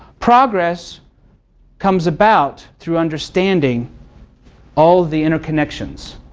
progress comes about through understanding all the interconnections.